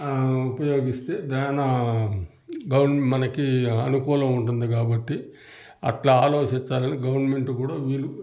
ఉపయోగిస్తే చాలా గవన్మే మనకి అనుకూలం ఉంటుంది కాబట్టి అట్లా ఆలోచించాలని గవర్నమెంటు కూడా వీలు